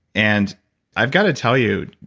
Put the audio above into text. and i've got to tell you,